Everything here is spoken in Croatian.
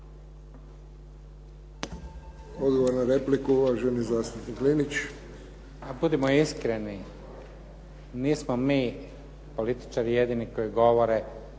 Odgovor na repliku uvaženi zastupnik Linić. **Linić, Slavko (SDP)** Budimo iskreni, nismo mi političari jedini koji govore